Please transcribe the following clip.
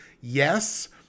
Yes